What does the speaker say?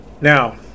Now